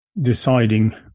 deciding